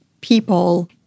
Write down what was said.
people